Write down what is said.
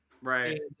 right